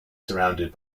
surrounded